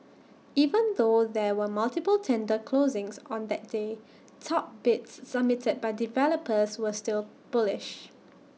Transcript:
even though there were multiple tender closings on that day top bids submitted by developers were still bullish